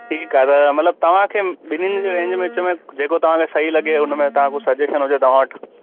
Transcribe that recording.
ठीकु आहे त मतिलब तव्हांखे ॿिन्हीनि जी रेंज जे विच में जेको तव्हांखे सई लॻे उनमें तव्हां कुझु सजेशन हुजे तव्हां वटि